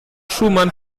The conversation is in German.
schumann